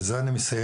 בזה אני מסיים.